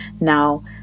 now